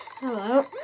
hello